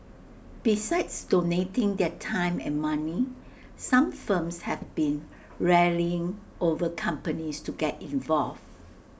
besides donating their time and money some firms have been rallying over companies to get involved